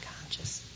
conscious